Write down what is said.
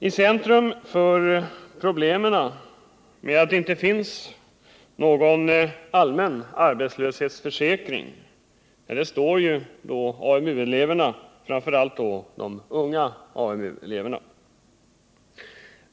I centrum för problemen med att det inte finns en allmän arbetslöshetsförsäkring står AMU-eleverna, framför allt de unga AMU-eleverna.